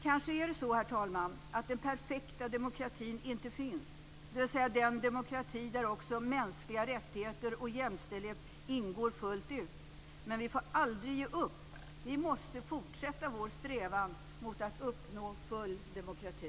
Kanske är det så, herr talman, att den perfekta demokratin inte finns, dvs. den demokrati där också mänskliga rättigheter och jämställdhet ingår fullt ut. Men vi får aldrig ge upp. Vi måste fortsätta vår strävan mot att uppnå full demokrati.